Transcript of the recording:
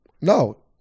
No